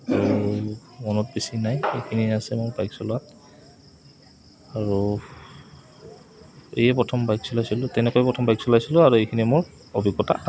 আৰু মনত বেছি নাই এইখিনিয়ে আছে মোৰ বাইক চলাত আৰু এয়ে প্ৰথম বাইক চলাইছিলোঁ তেনেকৈ প্ৰথম বাইক চলাইছিলোঁ আৰু এইখিনি মোৰ অভিজ্ঞতা